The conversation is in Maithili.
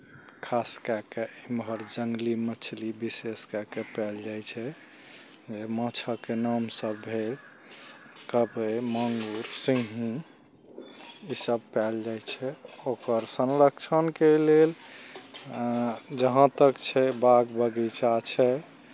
खास कए कऽ एमहर जङ्गली मछली विशेष कए कऽ पाएल जाइ छै हे माँछके नामसभ भेल कबै माङूर सिंगही ईसभ पाएल जाइ छै ओकर संरक्षणके लेल जहाँ तक छै बाग बगीचा छै